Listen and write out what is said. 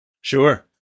Sure